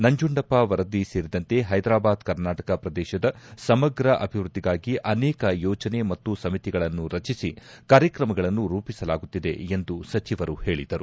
ನಂಜಂಡಪ್ಪ ವರದಿ ಸೇರಿದಂತೆ ಹೈದಾರಾಬಾದ್ ಕರ್ನಾಟಕ ಪ್ರದೇಶದ ಸಮಗ್ರ ಅಭಿವೃದ್ವಿಗಾಗಿ ಅನೇಕ ಯೋಜನೆ ಮತ್ತು ಸಮಿತಿಗಳನ್ನು ರಚಿಸಿ ಕಾರ್ಯಕ್ರಮಗಳನ್ನು ರೂಪಿಸಲಾಗುತ್ತಿದೆ ಎಂದು ಸಚಿವರು ಹೇಳಿದರು